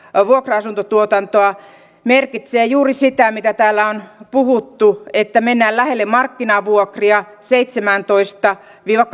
vuokra asuntotuotantoa merkitsee juuri sitä mitä täällä on puhuttu että mennään lähelle markkinavuokria seitsemäntoista viiva